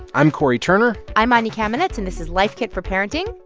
i'm cory turner i'm anya kamenetz. and this is life kit for parenting.